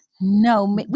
no